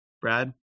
Brad